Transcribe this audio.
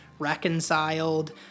reconciled